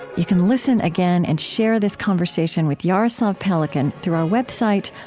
you can listen again and share this conversation with jaroslav pelikan through our website,